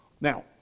Now